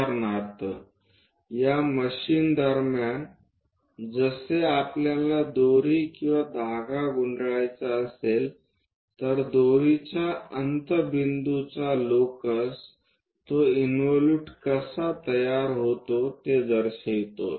उदाहरणार्थ या मशीन दरम्यान जसे आपल्याला दोरी किंवा धागा गुंडाळायचा असेल तर दोरीच्या अंतबिंदूचा लोकस ते इंवोलूट कसे तयार होते ते दर्शविते